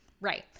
Right